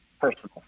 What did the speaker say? personal